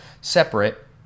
separate